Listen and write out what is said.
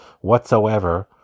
whatsoever